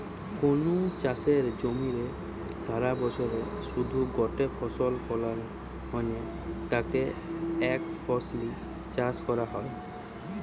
কুনু চাষের জমিরে সারাবছরে শুধু গটে ফসল ফলানা হ্যানে তাকে একফসলি চাষ কয়া হয়